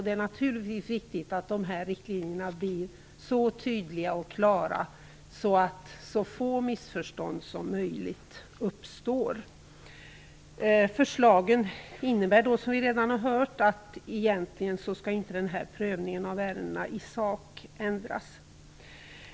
Det är naturligtvis viktigt att riktlinjerna blir så tydliga och klara att så få missförstånd som möjligt uppstår. Förslagen innebär, som vi redan har hört, att prövningen av ärendena inte skall ändras i sak.